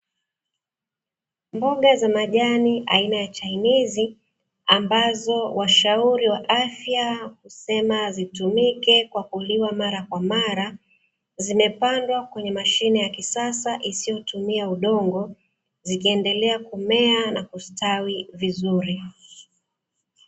Mboga za majani aina ya chainizi, ambazo washauri wa afya husema zitumike kwa kuliwa mara kwa mara; zimepandwa kwenye mashine ya kisasa isiyotumia udongo, zikiendelea kumea na kustawi vizuri.